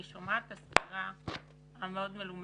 אני פותח את ישיבת הוועדה בנושא סקירת פעילות מבקר המדינה.